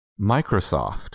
Microsoft